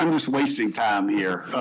um just wasting time here.